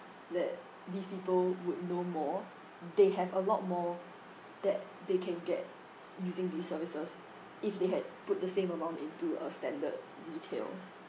that these people would know more they have a lot more that they can get using these services if they had put the same amount into a standard retail